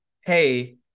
hey